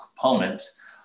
components